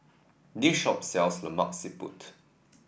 this shop sells Lemak Siput